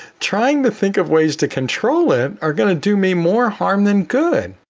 trying to think of ways to control it are going to do me more harm than good.